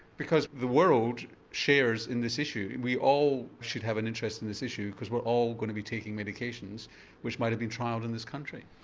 because the world shares in this issue, we all should have an interest in this issue because we are all going to be taking medications which might have been trialled in this country?